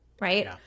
right